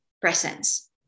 presence